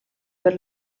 per